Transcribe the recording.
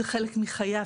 זה חלק מחייו,